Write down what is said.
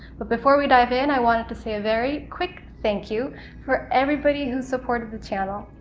but before we dive in i wanted to say a very quick thank you for everybody who supported the channel.